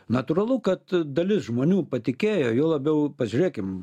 natūralu kad dalis žmonių patikėjo juo labiau pasižiūrėkim